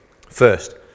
first